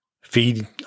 feed